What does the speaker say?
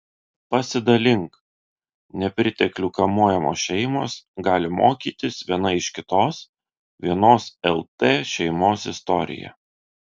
pasidalink nepriteklių kamuojamos šeimos gali mokytis viena iš kitos vienos lt šeimos istorija